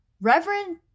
Reverend